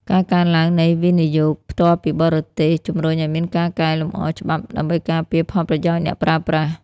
ការកើនឡើងនៃ វិនិយោគផ្ទាល់ពីបរទេស ជម្រុញឱ្យមានការកែលម្អច្បាប់ដើម្បីការពារផលប្រយោជន៍អ្នកប្រើប្រាស់។